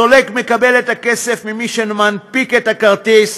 הסולק מקבל את הכסף ממי שמנפיק את הכרטיס,